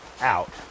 out